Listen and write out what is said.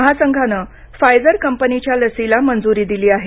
महासंघानं फायझर कंपनीच्या लसीला मंजुरी दिली आहे